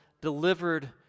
delivered